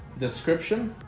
description